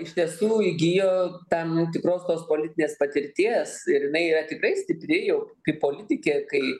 iš tiesų įgijo tam tikros tos politinės patirties ir jinai yra tikrai stipri jau kaip politikė kai